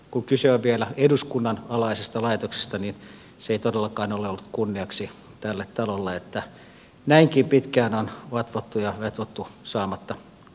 kun kyse on vielä eduskunnan alaisesta laitoksesta ei todellakaan ole ollut kunniaksi tälle talolle että näinkin pitkään on vatvottu ja vetvottu saamatta tätä maaliin